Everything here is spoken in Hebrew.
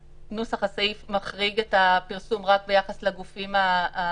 נוסח הסעיף מחריג את הפרסום רק ביחס לגופים המסווגים,